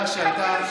המפקד.